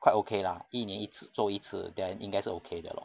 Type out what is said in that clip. quite okay lah 一年一次做一次 then 应该是 okay 的 lor